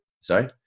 Sorry